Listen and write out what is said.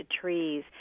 trees